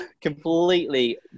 completely